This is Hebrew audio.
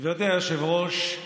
גברתי היושבת-ראש,